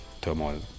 turmoil